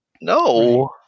no